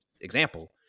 example